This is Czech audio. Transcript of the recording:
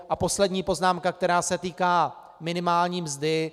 A poslední poznámka, která se týká minimální mzdy.